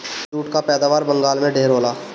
jute कअ पैदावार बंगाल में ढेर होला